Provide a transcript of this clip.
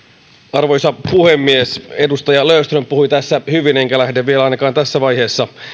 arvoisa puhemies edustaja löfström puhui hyvin enkä lähde vielä ainakaan tässä vaiheessa